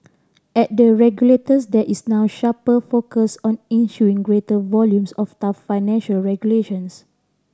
at the regulators there is now a sharper focus on issuing greater volumes of tough financial regulations